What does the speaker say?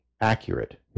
accurate